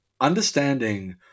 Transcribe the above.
understanding